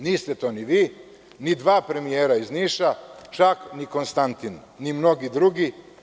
Niste to ni vi, ni dva premijera iz Niša, čak ni Konstantin, ni mnogi drugi.